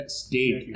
state